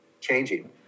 changing